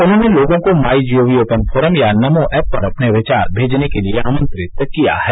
उन्होंने लोगों को माई जीओवी ओपन फोरम या नमोऐप पर अपने विचार भेजने के लिए आमंत्रित किया है